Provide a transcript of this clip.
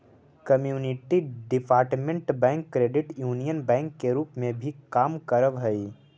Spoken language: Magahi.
community development bank credit union bank के रूप में भी काम करऽ हइ